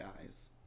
eyes